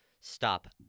stop